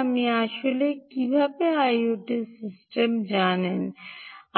আপনি আসলে কীভাবে আইওটি সিস্টেম জানেন